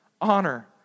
honor